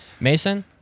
Mason